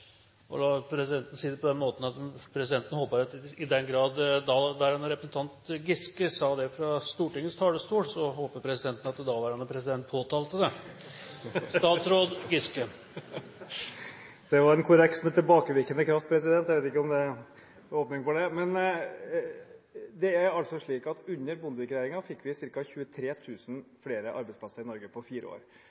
Presidenten vil si det på den måten at presidenten håper, i den grad daværende representant Giske sa det fra Stortingets talerstol, at daværende president påtalte det. Det var en korreks med tilbakevirkende kraft. Jeg vet ikke om det er åpning for det. Det er altså slik at under Bondevik-regjeringen fikk vi ca. 23 000 flere arbeidsplasser i Norge på fire år.